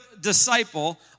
disciple